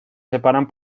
separan